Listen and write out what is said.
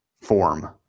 Form